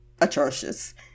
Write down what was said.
atrocious